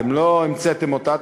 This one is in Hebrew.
אתם לא המצאתם אותה,